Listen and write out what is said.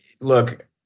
look